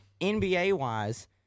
NBA-wise